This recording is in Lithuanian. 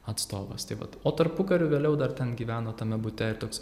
atstovas tai vat o tarpukariu vėliau dar ten gyveno tame bute ir toks